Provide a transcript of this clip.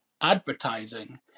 advertising